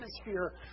atmosphere